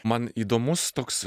man įdomus toks